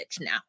now